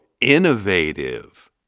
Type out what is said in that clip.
innovative